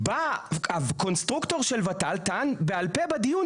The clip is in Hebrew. בא הקונסטרוקטור של ות"ל וטען בעל פה בדיון